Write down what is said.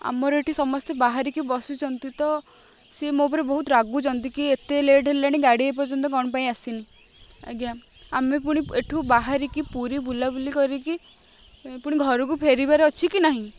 ଆମର ଏଠି ସମସ୍ତେ ବାହାରିକି ବସିଛନ୍ତି ତ ସିଏ ମୋ ଉପରେ ବହୁତ ରାଗୁଛନ୍ତି କି ଏତେ ଲେଟ୍ ହେଲାଣି ଗାଡ଼ି ଏ ପର୍ଯ୍ୟନ୍ତ କ'ଣ ପାଇଁ ଆସିନି ଆଜ୍ଞା ଆମେ ପୁଣି ଏଠୁ ବାହାରିକି ପୁରୀ ବୁଲାବୁଲି କରିକି ପୁଣି ଘରକୁ ଫେରିବାର ଅଛି କି ନାହିଁ